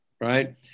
Right